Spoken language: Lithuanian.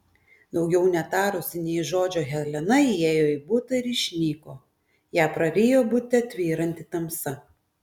daugiau netarusi nė žodžio helena įėjo į butą ir išnyko ją prarijo bute tvyranti tamsa